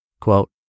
Quote